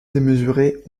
démesurées